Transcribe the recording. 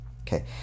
Okay